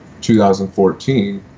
2014